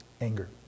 Anger